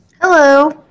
Hello